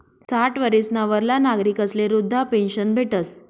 साठ वरीसना वरला नागरिकस्ले वृदधा पेन्शन भेटस